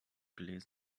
gelesen